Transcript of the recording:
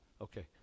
Okay